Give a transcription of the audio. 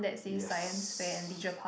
yes